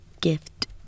gift